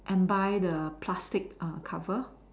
and buy the plastic err cover